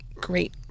great